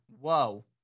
Whoa